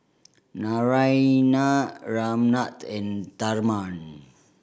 Naraina Ramnath and Tharman